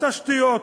תשתיות.